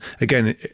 again